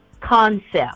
concept